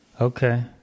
Okay